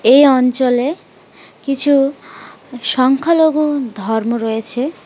এই অঞ্চলে কিছু সংখ্যালঘু ধর্ম রয়েছে